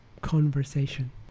conversation